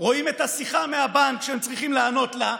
רואים את השיחה מהבנק שהם צריכים לענות לה,